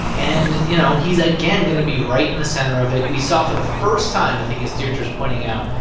and, you know, he's again going to be right in the center of it. we saw for the first time, i think, as deirdre's pointing out,